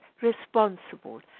responsible